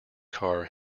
car